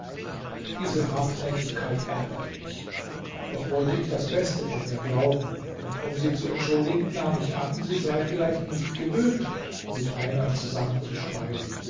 diese hartnäckigkeit ärgerte mich doch wollte ich das beste von ihr glauben und um sie zu entschuldigen nahm ich an sie sei vielleicht nicht gewöhnt mit männern